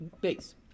Base